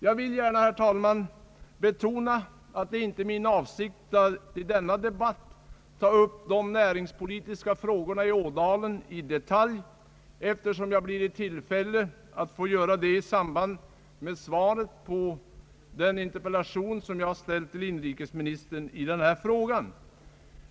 Jag vill gärna, herr talman, betona att det inte är min avsikt att i denna debatt ta upp de näringspolitiska frågorna i Ådalen i detalj, eftersom jag blir i tillfälle att få göra det i samband med svaret på den interpellation som jag har ställt till inrikesministern i den här frågan.